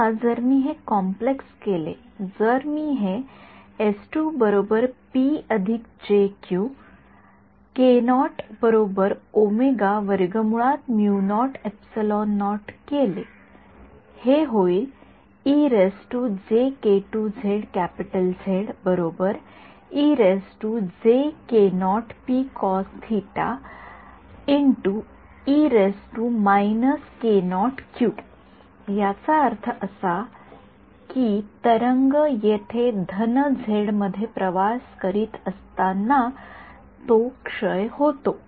आता जर मी हे कॉम्प्लेक्स केले जर मी हेकेले हे होईल याचा अर्थ असा की तरंग येथे धन झेड मध्ये प्रवास करीत असताना ती क्षय होतो